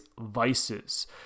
vices